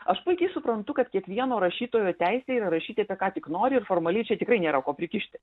aš puikiai suprantu kad kiekvieno rašytojo teisė yra rašyti apie ką tik nori ir formaliai čia tikrai nėra ko prikišti